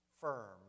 firm